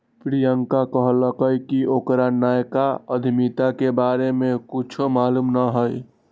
प्रियंका कहलकई कि ओकरा नयका उधमिता के बारे में कुछो मालूम न हई